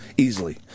Easily